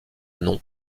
nom